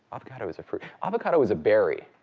avocado is a fruit. avocado is a berry.